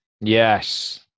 Yes